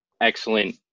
excellent